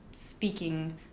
speaking